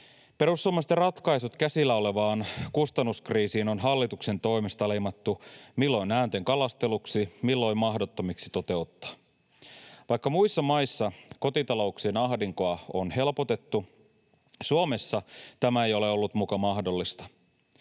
Perussuomalaisten ratkaisut käsillä olevaan kustannuskriisiin on hallituksen toimesta leimattu milloin äänten kalasteluksi, milloin mahdottomiksi toteuttaa. Vaikka muissa maissa kotitalouksien ahdinkoa on helpotettu, Suomessa tämä ei ole ollut muka mahdollista.